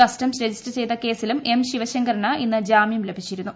customs register ചെയ്ത കേസിലും M ശ്രീവശങ്കറിന് ഇന്ന് ജാമ്യം ലഭിച്ചിരുന്നു